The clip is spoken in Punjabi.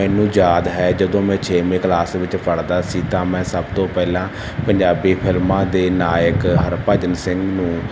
ਮੈਨੂੰ ਯਾਦ ਹੈ ਜਦੋਂ ਮੈਂ ਛੇਵੀਂ ਕਲਾਸ ਵਿੱਚ ਪੜ੍ਹਦਾ ਸੀ ਤਾਂ ਮੈਂ ਸਭ ਤੋਂ ਪਹਿਲਾਂ ਪੰਜਾਬੀ ਫਿਲਮਾਂ ਦੇ ਨਾਇਕ ਹਰਭਜਨ ਸਿੰਘ ਨੂੰ